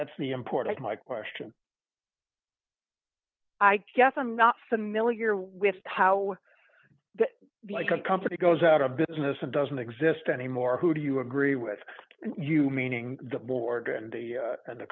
that's the import of my question i guess i'm not familiar with how the company goes out of business and doesn't exist anymore who do you agree with you meaning the board and the